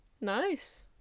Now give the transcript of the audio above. Nice